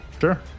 sure